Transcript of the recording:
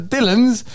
Dylans